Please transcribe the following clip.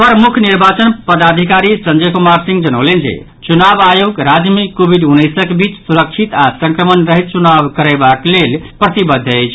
अपर मुख्य निर्वाचन पदाधिकारी संजय कुमार सिंह जनौलनि जे चुनाव आयोग राज्य मे कोविड उन्नैसक बीच सुरक्षित आओर संक्रमण रहित चुनाव करयबाक लेल प्रतिबद्ध अछि